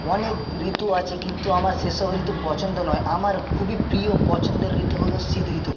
অনেক ঋতু আছে কিন্তু আমার সেসব ঋতু পছন্দ নয় আমার খুবই প্রিয় পছন্দের ঋতু হলো শীত ঋতু